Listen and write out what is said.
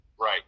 right